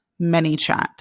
ManyChat